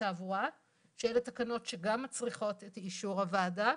תעבורה שאלה תקנות שגם מצריכות את אישור הוועדה.